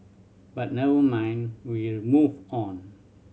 but never mind we move on